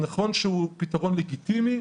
נכון שהוא פתרון לגיטימי,